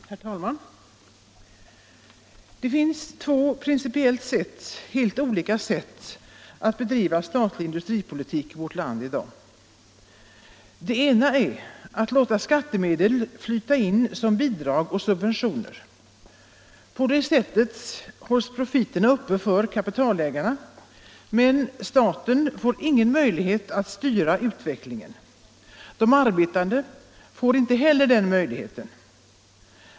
Herr talman! Det finns två principiellt helt olika sätt att bedriva statlig industripolitik i vårt land i dag. Det ena är att låta skattemedel flyta in som bidrag och subventioner. På det sättet hålls profiterna uppe för kapitalägarna. Men staten får ingen möjlighet att styra utvecklingen. De arbetande får heller inte den möjligheten.